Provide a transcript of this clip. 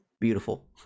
beautiful